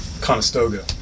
Conestoga